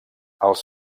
els